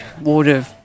water